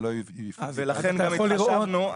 שלא --- אז לכן אתה יכול לראות --- חשבנו,